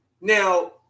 Now